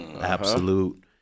Absolute